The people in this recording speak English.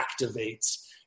activates